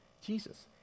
Jesus